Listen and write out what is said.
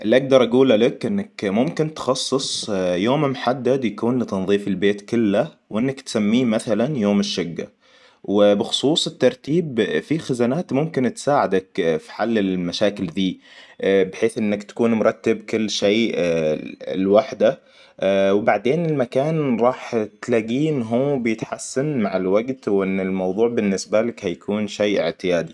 اللي اقدر اقوله لك إنك ممكن تخصص يوم محدد يكون لتنظيف البيت كله وإنك تسميه مثلا يوم الشقة. وبخصوص الترتيب في خزانات ممكن تساعدك في حل المشاكل ذي. بحيث انك تكون مرتب كل شيء لوحده. وبعدين المكان راح تلاقيه ان هو بيتحسن مع الوقت وان الموضوع بالنسبة لك هيكون شيء اعتيادي